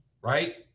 right